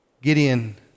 Gideon